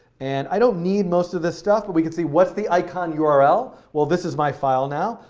and i don't need most of this stuff. but we can see what's the icon yeah url. well, this is my file now.